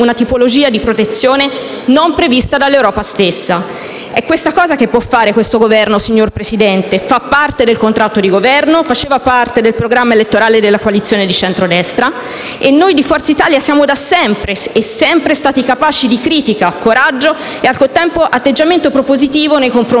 una tipologia di protezione non prevista dall'Europa stessa. Signor Presidente, questa è una cosa che può fare questo Governo, perché fa parte del contratto di Governo e faceva parte anche del programma elettorale della coalizione di centrodestra. Noi di Forza Italia siamo da sempre stati capaci di critica, coraggio e, al contempo, atteggiamento propositivo nei confronti